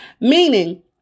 Meaning